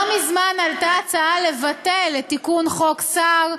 לא מזמן עלתה הצעה לבטל את תיקון חוק סער,